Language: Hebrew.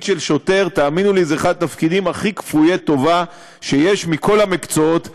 התפקיד של שוטר זה אחד התפקידים הכי כפויי טובה שיש מכל המקצועות בעולם.